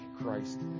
Christ